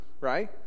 right